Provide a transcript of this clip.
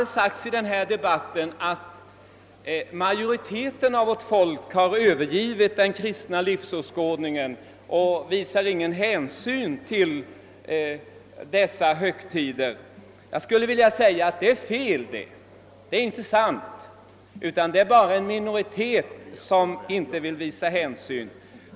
Det har sagts i denna debatt att majoriteten av vårt folk har övergivit den kristna Jlivsåskådningen och inte tar någon hänsyn till dessa högtider. Det är inte sant. Det är bara en minoritet som inte vill visa hänsyn.